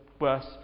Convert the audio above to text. worse